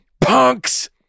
punks